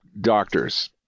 doctors